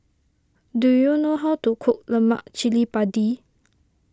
do you know how to cook Lemak Cili Padi